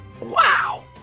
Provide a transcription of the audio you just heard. Wow